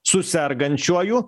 su sergančiuoju